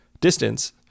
distance